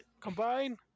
Combine